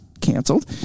canceled